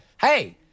hey